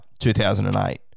2008